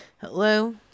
Hello